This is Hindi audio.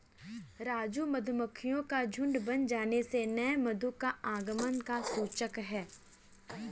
राजू मधुमक्खियों का झुंड बन जाने से नए मधु का आगमन का सूचक है